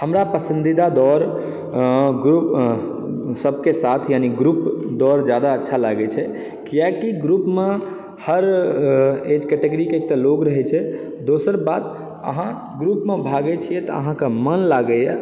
हमरा पसंदीदा दौर अऽ ग्रुप सबके साथ यानि ग्रुप दौर जादा अच्छा लागै छै कियाकी ग्रुपमे हर एज कैटेगरीके लोग रहै छै दोसर बात आहाँ ग्रुपमे भागै छियै तऽ आहाँके मन लागैया